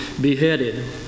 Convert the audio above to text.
beheaded